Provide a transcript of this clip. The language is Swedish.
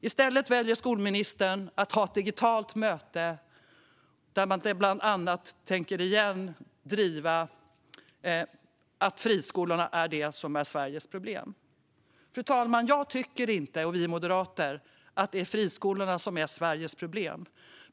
I stället väljer skolministern att ha ett digitalt möte där man bland annat återigen tänker driva att friskolorna är det som är Sveriges problem. Fru talman! Jag och vi moderater tycker inte att det är friskolorna som är Sveriges problem.